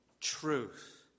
truth